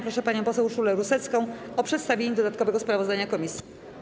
Proszę panią poseł Urszulę Rusecką o przedstawienie dodatkowego sprawozdania komisji.